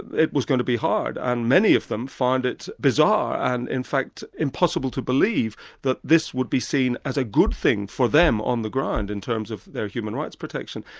it was going to be hard, and many of them found it bizarre and in fact impossible to believe that this would be seen as a good thing for them on the ground, in terms of their human rights protection.